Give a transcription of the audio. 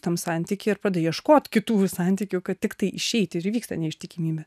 tam santyky ir pradeda ieškot kitų santykių kad tiktai išeiti ir įvyksta neištikimybė